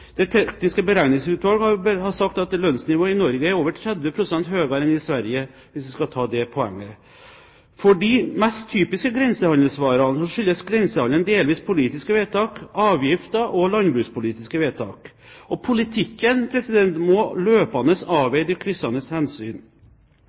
Det tekniske beregningsutvalg har sagt at lønnsnivået i Norge er over 30 pst. høyere enn i Sverige, hvis vi skal ta det poenget. For de mest typiske grensehandelsvarene skyldes grensehandelen delvis politiske vedtak, avgifter og landbrukspolitiske vedtak. Og politikken må løpende avveie de kryssende hensyn. Så kan en da spørre seg: Er vi opptatt av